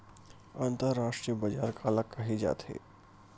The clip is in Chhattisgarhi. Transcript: अंतरराष्ट्रीय बजार काला कहे जाथे?